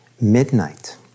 midnight